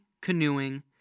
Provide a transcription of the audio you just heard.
canoeing